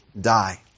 die